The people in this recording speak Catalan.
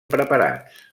preparats